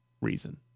reason